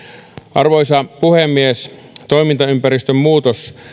arvoisa puhemies toimintaympäristön muutos